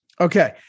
okay